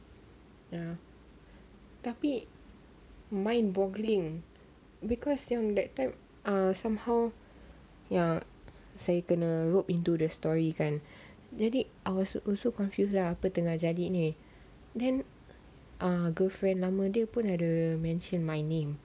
ya tapi mind boggling because yang that time somehow ya saya kena roped into the story kan jadi I was also confused lah apa tengah jadi ni then err girlfriend nama dia pun ada mention my name